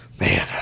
Man